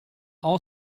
all